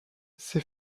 ces